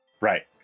Right